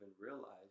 realize